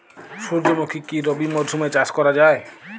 সুর্যমুখী কি রবি মরশুমে চাষ করা যায়?